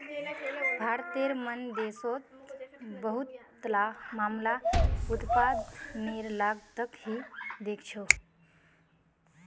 भारतेर मन देशोंत बहुतला मामला उत्पादनेर लागतक ही देखछो